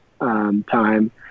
time